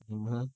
mm !huh!